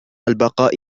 البقاء